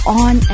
on